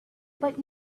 but